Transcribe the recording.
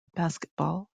basketball